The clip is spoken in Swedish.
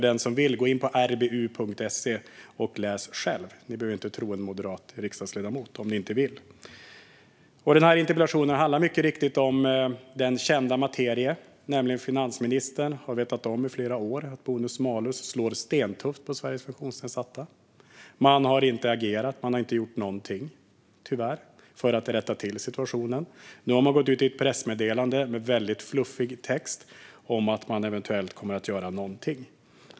Den som vill kan gå in på rbu.se och läsa själv. Ni behöver inte tro en moderat riksdagsledamot om ni inte vill. Denna interpellation handlar mycket riktigt om känd materia. Finansministern har vetat om i flera år att bonus malus slår stentufft mot Sveriges funktionsnedsatta. Man har inte agerat. Man har inte gjort någonting, tyvärr, för att rätta till situationen. Nu har man gått ut i ett pressmeddelande med en väldigt fluffig text om att man eventuellt kommer att göra någonting.